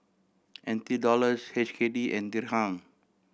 N T Dollars H K D and Dirham